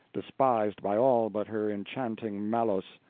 despised by all but her enchanting malos.